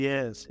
Yes